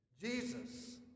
Jesus